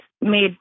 made